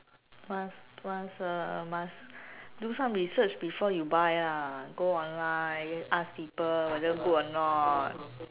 must must uh must do some research before you buy lah go online ask people whether good or not